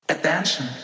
attention